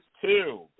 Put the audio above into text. two